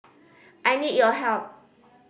I need your help